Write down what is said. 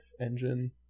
engine